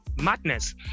madness